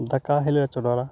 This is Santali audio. ᱫᱟᱠᱟ ᱦᱤᱞᱳ ᱞᱮ ᱪᱚᱰᱚᱨᱟ